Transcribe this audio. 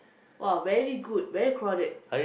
!wah! very good very crowded